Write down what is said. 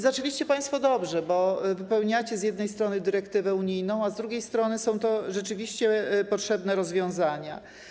Zaczęliście państwo dobrze, bo wypełniacie z jednej strony dyrektywę unijną, a z drugiej strony są to rzeczywiście potrzebne rozwiązania.